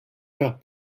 faire